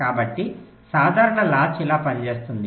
కాబట్టి సాధారణ లాచ్ ఇలా పనిచేస్తుంది